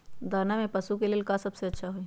दाना में पशु के ले का सबसे अच्छा होई?